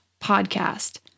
podcast